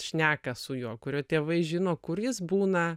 šneka su juo kurio tėvai žino kur jis būna